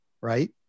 right